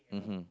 mmhmm